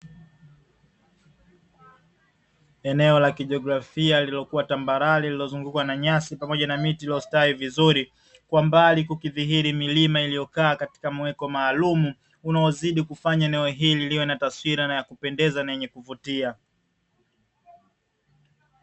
Eneo la kijiografia lililokuwa tambarare, lililozungukwa na nyasi pamoja na miti iliyostawi vizuri, kwa mbali kukidhihiri milima iliyokaa katika muweko maalumu, unaozidi kufanya eneo hili liwe na taswira na ya kupendeza na yenye kuvutia.